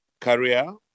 career